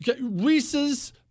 Reese's